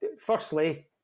Firstly